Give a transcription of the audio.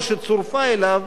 או שצורפה אליו,